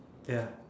ya